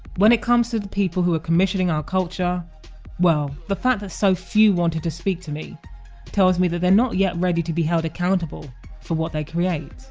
when it comes to the people who are commissioning our culture well, the fact that so few wanted to speak to me tells me that they're not yet ready to be held accountable for what they create